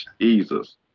Jesus